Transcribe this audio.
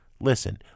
Listen